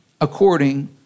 according